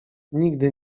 nigdy